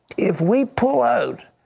if we pull out